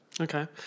Okay